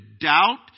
doubt